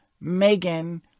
Megan